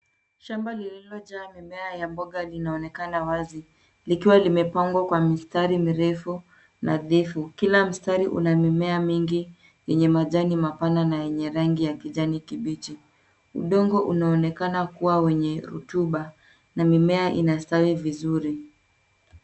Shamba lililojaa mimea ya mboga linaonekana wazi likiwa limepangwa kwa mistari mirefu nadhifu. Kila mstari una mimea mingi yenye majani mapana na yenye rangi ya kijani kibichi. Udongo unaonekana kuwa wenye rutuba na mimea inastawi vizuri.